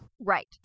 Right